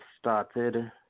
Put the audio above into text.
started